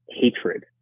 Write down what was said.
hatred